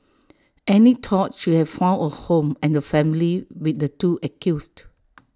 Annie thought she have found A home and A family with the two accused